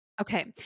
Okay